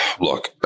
Look